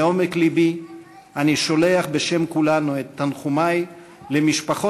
מעומק לבי אני שולח בשם כולנו את תנחומי למשפחות